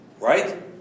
Right